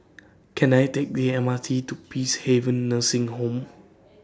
Can I Take The M R T to Peacehaven Nursing Home